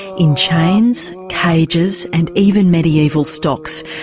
in chains, cages and even medieval stocks,